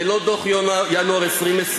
זה לא דוח ינואר 2020,